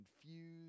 confused